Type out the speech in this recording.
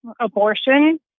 abortion